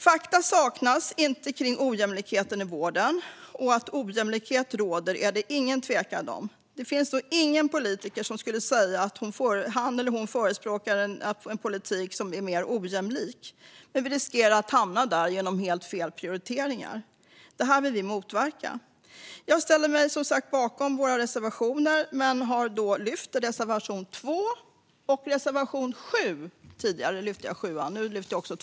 Fakta kring ojämlikheten i vården saknas inte, och det är ingen tvekan om att ojämlikhet råder. Det finns nog ingen politiker som skulle säga att han eller hon förespråkar en politik som är mer ojämlik, men vi riskerar att hamna där genom helt fel prioriteringar. Detta vill vi motverka. Jag ställer mig som sagt bakom våra reservationer men yrkar bifall enbart till reservation 2 och reservation 7.